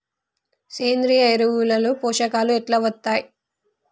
సేంద్రీయ ఎరువుల లో పోషకాలు ఎట్లా వత్తయ్?